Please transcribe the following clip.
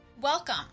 welcome